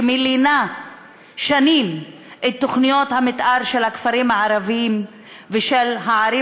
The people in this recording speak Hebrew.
שמלינה שנים את תוכניות המתאר של הכפרים הערביים ושל הערים